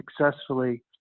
successfully